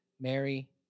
Mary